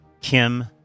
Kim